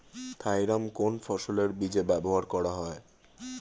Thiram কোন ফসলের বীজে ব্যবহার করা হয়?